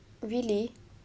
really